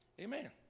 Amen